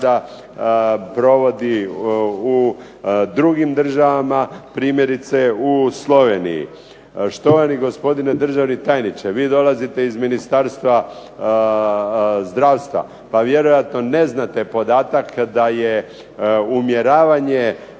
provodi u drugim državama, primjerice u Sloveniji. Štovani gospodine državni tajniče, vi dolazite iz Ministarstva zdravstva pa vjerojatno ne znate podatak da je umjeravanje